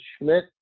Schmidt